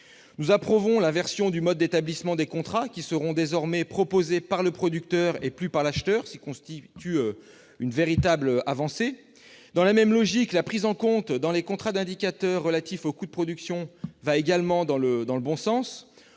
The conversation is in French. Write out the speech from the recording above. Nous approuvons l'inversion du mode d'établissement des contrats, qui seront désormais proposés par le producteur et non plus par l'acheteur, ce qui constitue une véritable avancée. Dans la même logique, la prise en compte, dans les contrats, d'indicateurs relatifs au coût de production va également dans le bon sens.